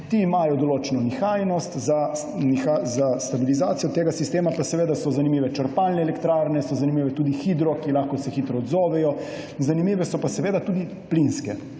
Ti imajo določeno nihajnost, za stabilizacijo tega sistema pa so zanimive črpalne elektrarne, so zanimive tudi hidro, ki se lahko hitro odzovejo, zanimive so pa seveda tudi plinske.